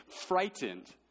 frightened